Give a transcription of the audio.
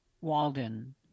Walden